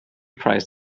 prize